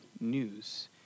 news